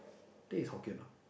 teh is Hokkien ah